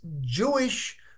Jewish